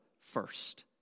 first